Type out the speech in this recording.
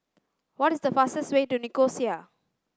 what is the fastest way to Nicosia